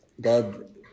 God